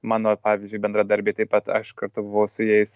mano pavyzdžiui bendradarbiai taip pat aš kartu buvau su jais